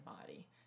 body